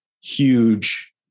huge